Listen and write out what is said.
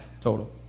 total